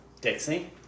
Dixie